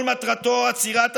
את התפארת הזו, יום-יום, שעה-שעה,